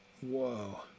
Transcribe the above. Whoa